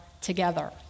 together